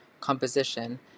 composition